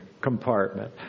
compartment